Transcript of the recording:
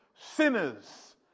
sinners